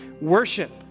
worship